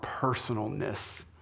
personalness